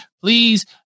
please